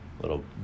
Little